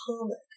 comic